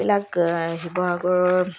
এইবিলাক শিৱসাগৰৰ